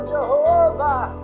Jehovah